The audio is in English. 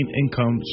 income